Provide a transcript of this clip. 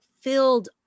filled